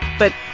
but,